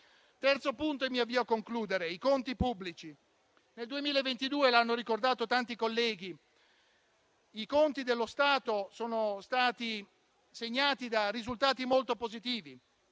terzo punto concerne i conti pubblici. Nel 2022 - come hanno ricordato tanti colleghi - i conti dello Stato sono stati segnati da risultati molto positivi.